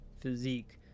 physique